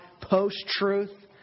post-truth